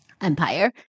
empire